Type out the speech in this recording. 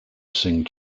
sing